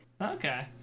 Okay